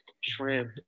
shrimp